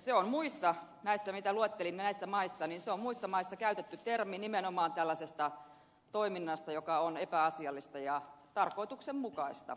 se vainoamistermi on näissä muissa maissa mitä luettelin käytetty termi nimenomaan tällaisesta toiminnasta joka on epäasiallista ja tarkoituksenmukaista